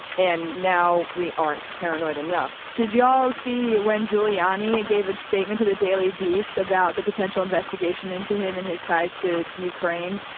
and now we aren't paranoid enough. did you all see when giuliani gave a statement to the daily beast about the potential investigation into him and his ties to ukraine?